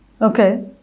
Okay